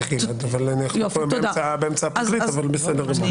אנחנו כבר באמצע דברי הפרקליט, אבל בסדר גמור.